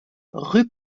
rue